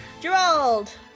Gerald